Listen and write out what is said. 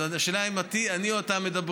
השאלה היא אם אני או אתה מדברים,